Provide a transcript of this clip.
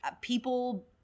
people